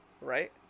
right